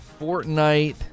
Fortnite